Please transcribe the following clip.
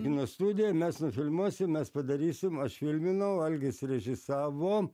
kino studija mes nufilmuosim mes padarysim aš filminau algis režisavo